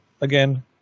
again